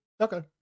Okay